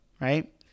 right